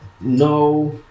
No